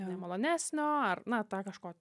nemalonesnio ar na tą kažko